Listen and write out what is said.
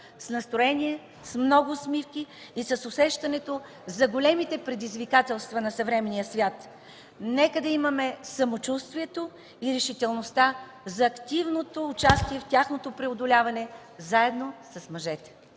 с настроение, с много усмивки и с усещането за големите предизвикателства на съвременния свят! Нека имаме самочувствието и решителността за активното участие в тяхното преодоляване, заедно с мъжете!